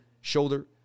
shoulder